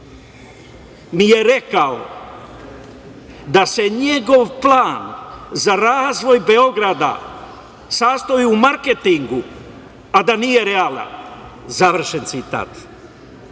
mi je rekao da se njegov plan za razvoj Beograda sastoji u marketingu, a da nije realan, završen citat.